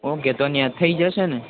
okay તો ન્યા થઈ જશે ને